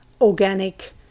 organic